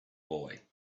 boy